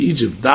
Egypt